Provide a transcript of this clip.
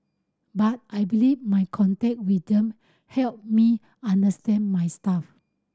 but I believe my contact with them help me understand my staff